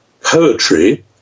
poetry